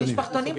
למשפחתונים.